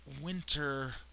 winter